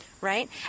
Right